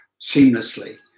seamlessly